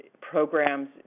programs